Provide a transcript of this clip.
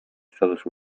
estados